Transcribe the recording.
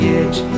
edge